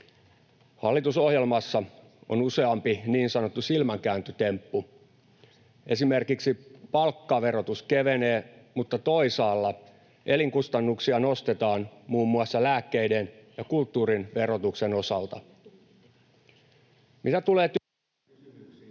Hallitusohjelmassa on useampi niin sanottu silmänkääntötemppu. Esimerkiksi palkkaverotus kevenee, mutta toisaalla elinkustannuksia nostetaan muun muassa lääkkeiden ja kulttuurin verotuksen osalta. Mitä tulee työelämäkysymyksiin...